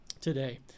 today